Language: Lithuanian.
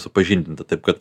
supažindinta taip kad